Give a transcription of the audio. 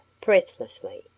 breathlessly